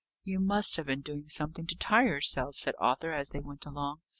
you must have been doing something to tire yourself, said arthur as they went along.